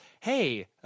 Hey